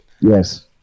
Yes